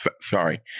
Sorry